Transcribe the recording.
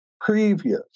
previous